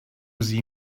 sie